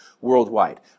worldwide